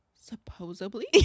supposedly